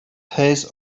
his